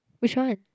which one